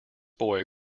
boy